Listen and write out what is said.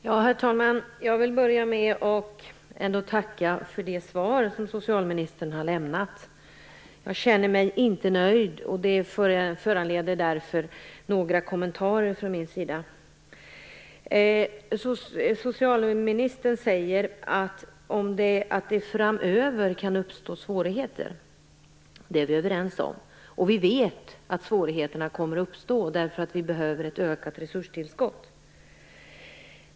Herr talman! Jag vill börja med att ändå tacka för det svar som socialministern har lämnat. Jag känner mig inte nöjd, och det föranleder mig att göra några kommentarer. Socialministern säger att det kan uppstå svårigheter framöver. Det är vi överens om. Vi vet att det kommer att uppstå svårigheter därför att det behövs ett ökat resurstillskott.